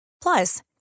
Plus